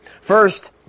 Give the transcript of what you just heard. First